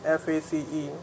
face